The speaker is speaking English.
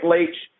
Leach